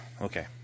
okay